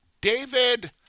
David